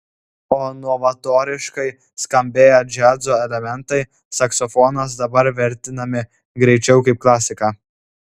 o novatoriškai skambėję džiazo elementai saksofonas dabar vertinami greičiau kaip klasika